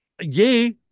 yay